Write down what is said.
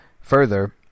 Further